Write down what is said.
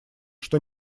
что